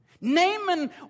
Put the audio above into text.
Naaman